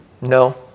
No